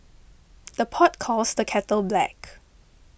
the pot calls the kettle black